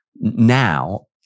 now